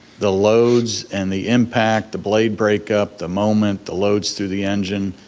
the loads and the impact, the blade breakup, the moment, the loads to the engine,